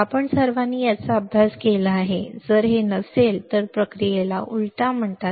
आपण सर्वांनी याचा अभ्यास केला आहे जर हे नसेल तर या प्रक्रियेला उलटा म्हणतात